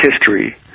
history